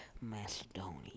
Macedonia